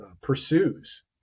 pursues